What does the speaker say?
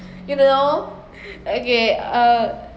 you know okay uh